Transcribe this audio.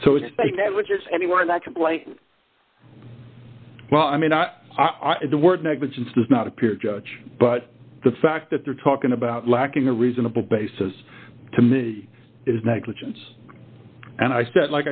which is anyone that can play well i mean i do work negligence does not appear judge but the fact that they're talking about lacking a reasonable basis to me is negligence and i said like